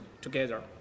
together